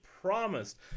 promised